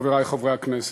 חברי חברי הכנסת,